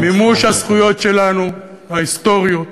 מימוש הזכויות שלנו, ההיסטוריות,